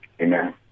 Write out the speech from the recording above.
Amen